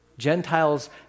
Gentiles